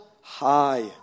high